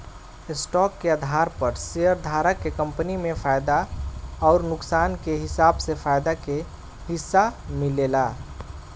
stock के आधार पर शेयरधारक के कंपनी के फायदा अउर नुकसान के हिसाब से फायदा के हिस्सा मिलेला